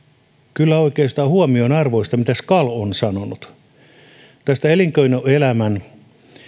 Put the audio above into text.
kyllä oikeastaan huomionarvoista mitä skal on sanonut tästä elinkeinoelämän